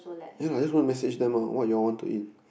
yea I just wanna message them lah what you all want to eat